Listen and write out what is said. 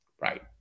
Right